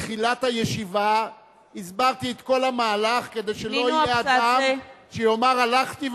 מצביע בתחילת הישיבה הסברתי את כל המהלך כדי שלא יהיה אדם שיאמר: הלכתי,